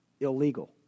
illegal